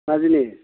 मा जिनिस